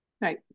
Right